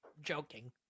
Joking